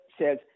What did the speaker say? says